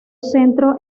centro